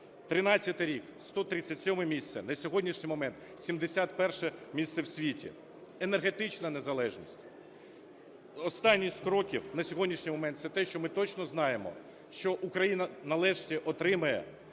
13-й рік – 137 місце, на сьогоднішній момент – 71 місце в світі. Енергетична незалежність. Останні з кроків на сьогоднішній момент – це те, що ми точно знаємо, що Україна нарешті отримає